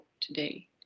today